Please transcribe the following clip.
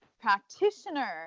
practitioner